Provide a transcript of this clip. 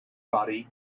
body